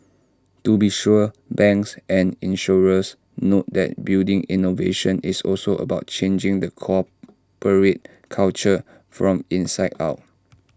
to be sure banks and insurers note that building innovation is also about changing the corporate culture from inside out